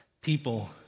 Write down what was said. people